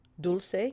Dulce